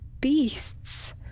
beasts